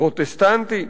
פרוטסטנטי,